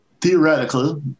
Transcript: theoretically